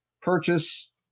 purchase